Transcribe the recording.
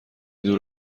دور